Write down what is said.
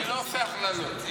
אני לא עושה הכללות.